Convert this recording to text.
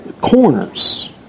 Corners